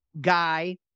guy